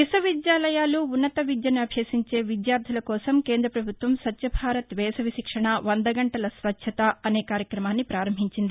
విశ్వవిద్యాలయాలు ఉన్నత విద్యను అభ్యసించే విద్యార్దుల కోసం కేంద ప్రభుత్వం స్వచ్ఛభారత్ వేసవి శిక్షణ వంద గంటల స్వచ్చత అనే కార్యక్రమాన్ని పారంభించింది